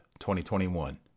2021